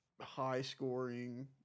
high-scoring